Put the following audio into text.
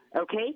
okay